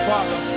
Father